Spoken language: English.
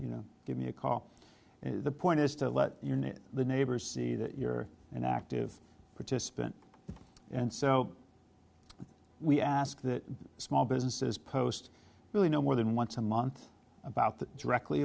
you know give me a call and the point is to let you know the neighbors see that you're an active participant and so we ask that small businesses post really no more than once a month about that directly